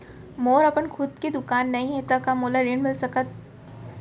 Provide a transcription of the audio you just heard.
मोर अपन खुद के दुकान नई हे त का मोला ऋण मिलिस सकत?